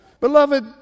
Beloved